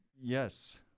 yes